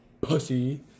pussy